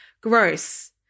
Gross